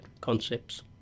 concepts